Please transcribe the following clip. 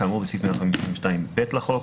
כאמור בסעיף 152(ב) לחוק,